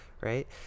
right